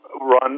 run